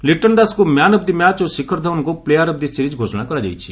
ଲିଟନ ଦାସଙ୍କୁ man of the match ଓ ଶିଖର ଧାଓ୍ୱନକୁ ପ୍ଲେୟାର ଅଫ ଦି ସିରିଜ ଘୋଷଣା କରାଯାଇଛି